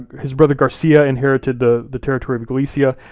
his brother garcia inherited the the territory of galicia,